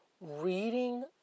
Reading